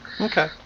Okay